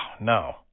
no